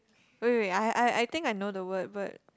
wait wait wait I I I think I know the word but